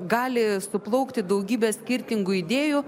gali suplaukti daugybė skirtingų idėjų